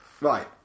right